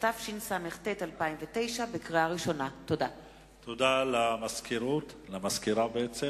רצוני לשאול: 1. האם קיימת פקודה או קיים נוהל כזה?